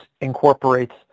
incorporates